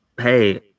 hey